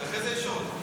אחרי זה יש עוד.